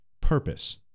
purpose